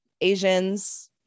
Asians